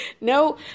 No